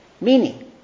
meaning